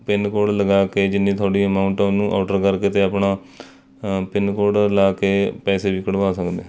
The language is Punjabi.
ਪਿੰਨਕੋਡ ਲਗਾ ਕੇ ਜਿੰਨੀ ਤੁਹਾਡੀ ਅਮਾਊਂਟ ਹੈ ਉਹਨੂੰ ਔਡਰ ਕਰਕੇ ਅਤੇ ਆਪਣਾ ਪਿੰਨਕੋਡ ਲਾ ਕੇ ਪੈਸੇ ਵੀ ਕਢਵਾ ਸਕਦੇ